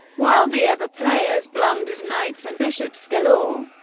while the other players blundered knights and bishops galore.